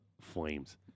Flames